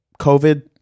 COVID